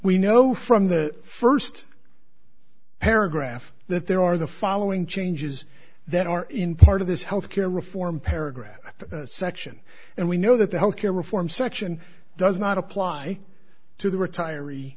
we know from the first paragraph that there are the following changes that are in part of this health care reform paragraph section and we know that the health care reform section does not apply to the retiree